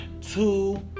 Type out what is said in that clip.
two